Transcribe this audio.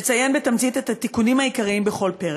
נציין בתמצית את התיקונים העיקריים בכל פרק.